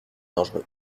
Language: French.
dangereux